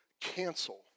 cancel